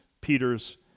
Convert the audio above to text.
Peter's